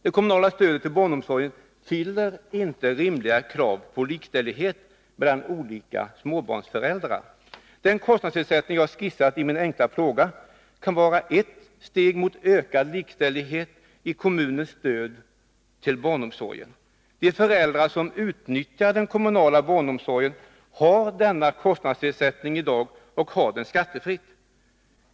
Det kommunala stödet till barnomsorgen fyller inte rimliga krav på likställighet mellan olika småbarnsföräldrar. Den kostnadsersättning som jag skisserat i min enkla fråga kan vara ett steg mot ökad likställighet i kommunens stöd till barnomsorgen. De föräldrar som utnyttjar den kommunala barnomsorgen har denna kostnadsersättning i dag, och den utgår skattefritt.